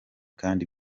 kandi